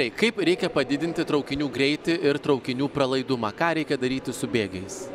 tai kaip reikia padidinti traukinių greitį ir traukinių pralaidumą ką reikia daryti su bėgiais